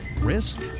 Risk